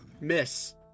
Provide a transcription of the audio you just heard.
Miss